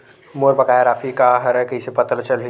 मोर बकाया राशि का हरय कइसे पता चलहि?